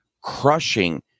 crushing